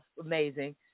Amazing